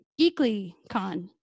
GeeklyCon